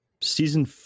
Season